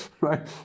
right